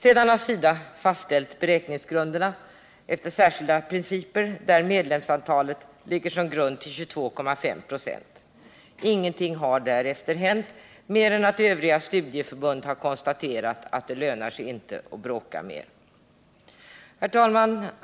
Sedan SIDA fastställde beräkningsgrunderna efter särskilda principer, där medlemsantalet ligger som grund för 22,5 26, har ingenting hänt mer än att de övriga studieförbunden har konstaterat att det inte lönar sig att bråka mer. Herr talman!